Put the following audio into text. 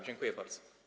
Dziękuję bardzo.